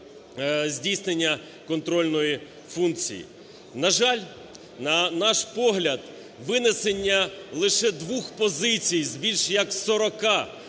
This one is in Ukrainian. здійснення контрольної функції. На жаль, на наш погляд, винесення лише двох позицій з більш як 40 пропозицій,